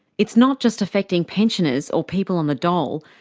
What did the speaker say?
it's not just affecting pensioners or people on the dole,